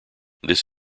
this